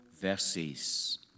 verses